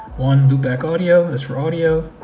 one, loopback audio, that's for audio.